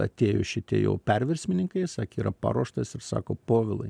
atėjo šitie jau perversmininkai sakė yra paruoštas sako povilai